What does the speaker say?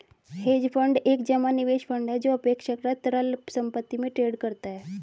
hedge fund एक जमा निवेश फंड है जो अपेक्षाकृत तरल संपत्ति में ट्रेड करता है